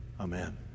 Amen